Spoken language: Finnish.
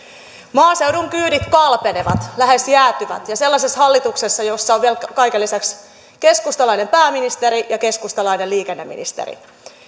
maaseudun kyydit kalpenevat lähes jäätyvät ja sellaisessa hallituksessa jossa on vielä kaiken lisäksi keskustalainen pääministeri ja keskustalainen liikenneministeri